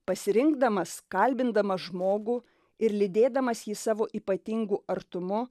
pasirinkdamas kalbindamas žmogų ir lydėdamas jį savo ypatingu artumu